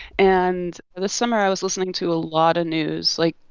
and this summer, i was listening to a lot of news like,